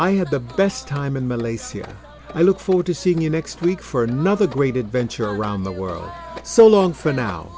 i had the best time in malaysia i look forward to seeing you next week for another great adventure around the world so long for now